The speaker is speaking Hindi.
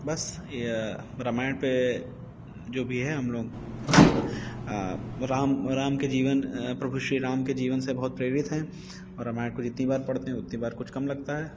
बस ये रामायण पर जो भी है हम लोग राम राम के जीवन प्रभु श्री राम के जीवन से बहुत प्रेरित हैं और रामायण को जितनी बार पढ़ते हैन उतनी बार कुछ कम लगता है